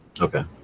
Okay